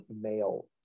male